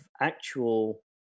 actual